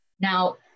Now